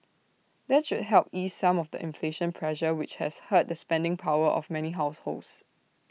that should help ease some of the inflation pressure which has hurt the spending power of many households